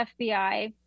FBI